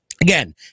again